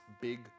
big